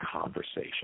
conversation